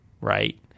right